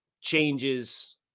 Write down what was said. changes